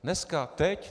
Dneska, teď.